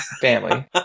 family